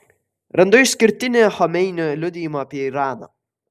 randu išskirtinį chomeinio liudijimą apie iraną